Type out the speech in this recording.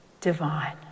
divine